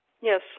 Yes